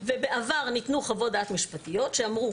בעבר ניתנו חוות דעת משפטיות שאמרו